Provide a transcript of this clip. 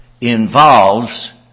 involves